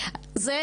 זה